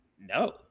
no